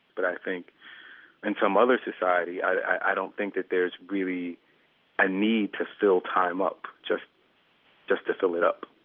but i think in some other society i don't think that there's really a need to fill time up just just to fill it up.